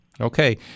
Okay